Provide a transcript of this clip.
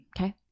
Okay